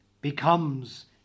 becomes